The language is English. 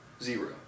Zero